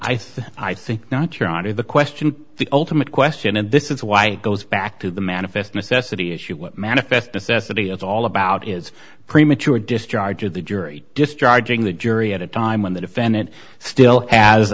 honor the question the ultimate question and this is why it goes back to the manifest necessity issue what manifest assess that it's all about is premature discharge of the jury discharging the jury at a time when the defendant still has